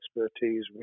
expertise